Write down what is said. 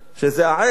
שזה העץ,